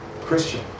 Christian